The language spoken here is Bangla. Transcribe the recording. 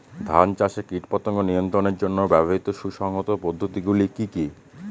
ধান চাষে কীটপতঙ্গ নিয়ন্ত্রণের জন্য ব্যবহৃত সুসংহত পদ্ধতিগুলি কি কি?